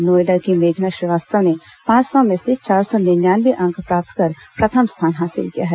नोएडा की मेघना श्रीवास्तव ने पांच सौ में से चार सौ निन्यानवे अंक प्राप्त कर प्रथम स्थान हासिल किया है